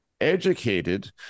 educated